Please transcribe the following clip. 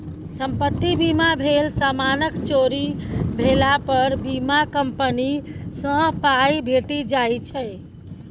संपत्ति बीमा भेल समानक चोरी भेला पर बीमा कंपनी सँ पाइ भेटि जाइ छै